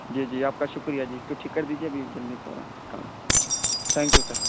جی جی آپ کا شکریہ جی اس کو ٹھیک کر دیجیے ابھی جلدی فوراً کام ہے تھینک یو سر